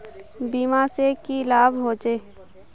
बीमा से की लाभ होचे?